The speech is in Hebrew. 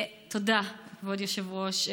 תודה, כבוד היושב-ראש.